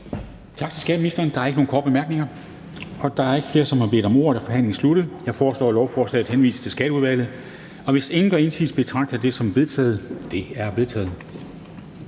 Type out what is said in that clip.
Tak til skatteministeren. Der er ikke nogen korte bemærkninger. Da der ikke er flere, der har bedt om ordet, er forhandlingen sluttet. Jeg foreslår, at lovforslaget henvises til Skatteudvalget. Hvis ingen gør indsigelse, betragter jeg det som vedtaget. Det er vedtaget.